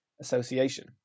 Association